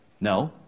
no